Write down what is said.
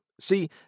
See